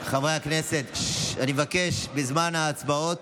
חברי הכנסת, אני מבקש בזמן ההצבעות